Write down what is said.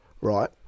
right